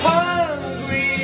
Hungry